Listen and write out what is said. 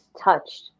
touched